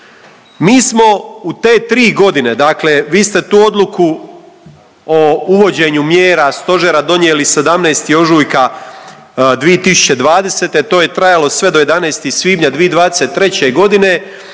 Mi smo u te 3.g. dakle vi ste tu odluku o uvođenju mjera stožera donijeli 17. ožujka 2020., a to je trajalo sve do 11. svibnja 2023.g.